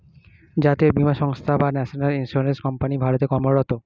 জাতীয় বীমা সংস্থা বা ন্যাশনাল ইন্স্যুরেন্স কোম্পানি ভারতে কর্মরত